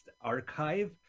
archive